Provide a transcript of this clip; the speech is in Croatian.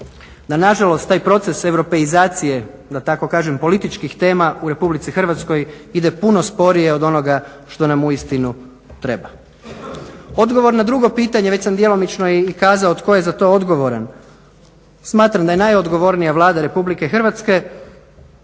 da nažalost taj proces europeizacije da tako kažem političkih tema u Republici Hrvatskoj ide puno sporije od onoga što nam uistinu treba. Odgovor na drugo pitanje već sam djelomično i kazao tko je za to odgovoran. Smatram da je najodgovornija Vlada Republike Hrvatske